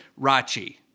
Rachi